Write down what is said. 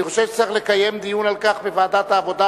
אני חושב שצריך לקיים דיון על כך בוועדת העבודה,